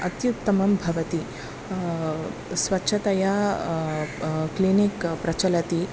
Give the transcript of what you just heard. अत्युत्तमं भवति स्वच्छतया क्लिनिक् प्रचलति